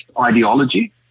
ideology